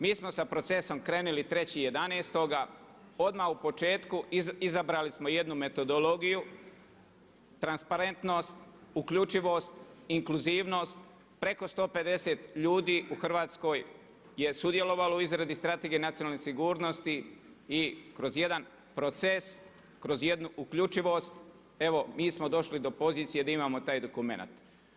Mi smo sa procesom krenuli 3.11., odmah u početku izabrali smo jednu metodologiju, transparentnost, uključivost, inkluzivnost, preko 150 ljudi u Hrvatskoj je sudjelovalo u izradi Strategije nacionalne sigurnosti i kroz jedan proces, kroz jednu uključivost, evo mi smo došli do pozicije da imamo taj dokumenat.